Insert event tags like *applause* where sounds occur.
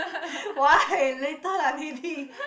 *laughs* why later lah maybe